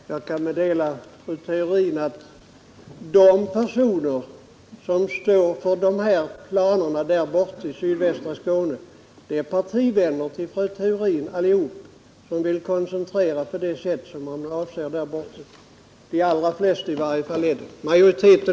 Fru talman! Jag kan meddela fru Theorin att de allra flesta som står för planerna där borta i sydvästra Skåne är partivänner till fru Theorin.